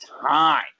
time